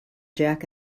jack